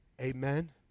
Amen